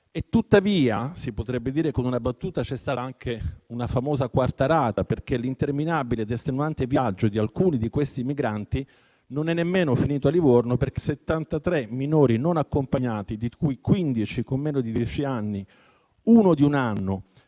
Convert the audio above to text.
Tuttavia, si potrebbe dire con una battuta che c'è stata anche una "quarta rata", perché l'interminabile ed estenuante viaggio di alcuni di questi migranti non è nemmeno finito a Livorno. Infatti, 73 minori non accompagnati, di cui 15 con meno di dieci anni, uno di un anno